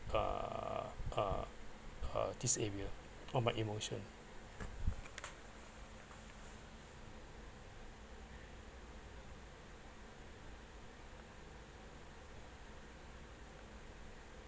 uh uh uh this area on my emotion